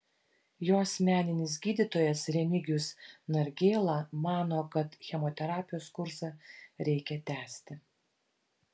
jo asmeninis gydytojas remigijus nargėla mano kad chemoterapijos kursą reikia tęsti